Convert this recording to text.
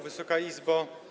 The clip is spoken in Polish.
Wysoka Izbo!